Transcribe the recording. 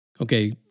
Okay